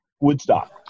Woodstock